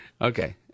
Okay